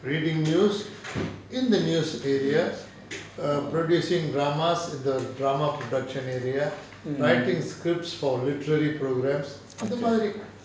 reading news in the news area err producing dramas in the drama production area writing scripts for litery programs அதுமாதிரி:athumathiri